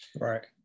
Right